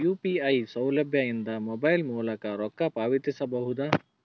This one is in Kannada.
ಯು.ಪಿ.ಐ ಸೌಲಭ್ಯ ಇಂದ ಮೊಬೈಲ್ ಮೂಲಕ ರೊಕ್ಕ ಪಾವತಿಸ ಬಹುದಾ?